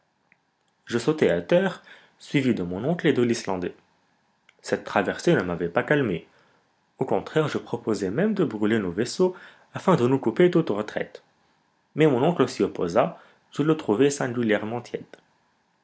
je sautai à terre suivi de mon oncle et de l'islandais cette traversée ne m'avait pas calmé au contraire je proposai même de brûler nos vaisseaux afin de nous couper toute retraite mais mon oncle s'y opposa je le trouvai singulièrement tiède